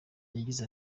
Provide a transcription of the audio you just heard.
yagize